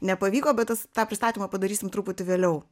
nepavyko bet tas tą pristatymą padarysim truputį vėliau